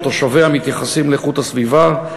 תושביה מתייחסים לאיכות הסביבה,